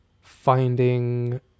finding